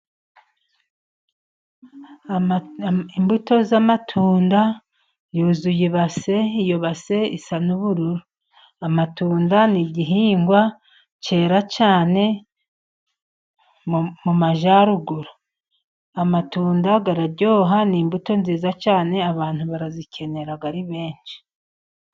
Imbuto z'amatunda yuzuye ibase. Iyo base isa n'ubururu. Amatunda ni igihingwa cyera cyane mu majyaruguru. Amatunda araryoha. Ni imbuto nziza cyane abantu bazikenera ari benshi.